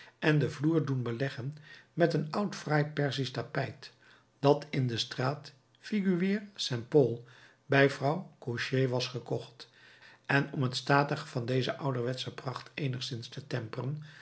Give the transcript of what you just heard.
en den vloer doen beleggen met een oud fraai perzisch tapijt dat in de straat figuier saint paul bij vrouw gaucher was gekocht en om het statige van deze ouderwetsche pracht eenigszins te temperen